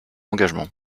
engagement